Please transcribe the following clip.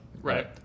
Right